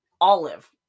Olive